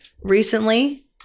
recently